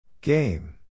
Game